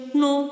no